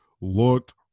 looked